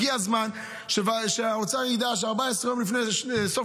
הגיע הזמן שהאוצר ידע ש-14 יום לפני סוף